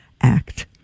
act